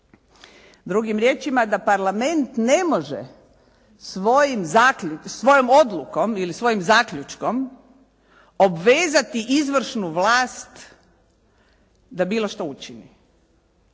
Drugim riječima da Parlament ne može svojom odlukom ili svojim zaključkom obvezati izvršnu vlast da bilo šta učini.